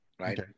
right